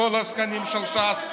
וכל העסקנים של ש"ס.